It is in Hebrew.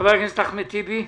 חבר הכנסת אחמד טיבי.